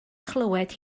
chlywed